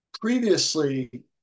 previously